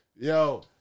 Yo